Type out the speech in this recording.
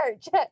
church